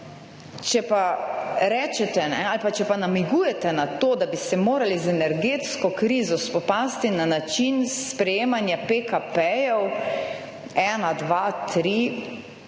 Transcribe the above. Če pa rečete ali pa če pa namigujete na to, da bi se morali z energetsko krizo spopasti na način sprejemanja PKP-1, 2, 3 pa res